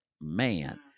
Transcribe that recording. man